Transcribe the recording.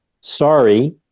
sorry